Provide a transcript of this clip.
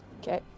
Okay